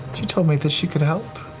she told me that she could help.